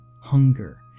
hunger